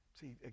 see